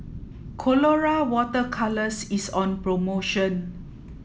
colora water colours is on promotion